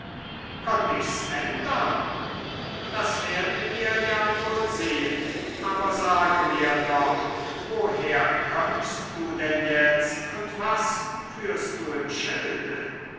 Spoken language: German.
konnt ichs ändern das werden wir ja wohl sehen aber sage mir doch woher kömmst du denn jetzt und was führst du im schilde